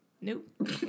Nope